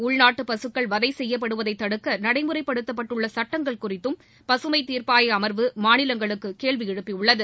உள்நாட்டு பசுக்கள் வதைசெய்யப்படுவதை தடுக்க நடைமுறைப்படுத்தப்பட்டுள்ள சுட்டங்கள் குறித்தும் பசுமைத் தீர்ப்பாய அமர்வு மாநிலங்களுக்கு கேள்வி எழுப்பியுள்ளது